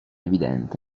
evidente